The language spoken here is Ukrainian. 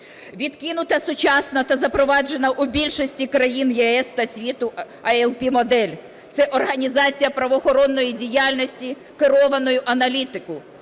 Відкинута сучасна та запроваджена у більшості країн ЄС та світу ILP-модель. Це організація правоохоронної діяльності, керованої аналітикою,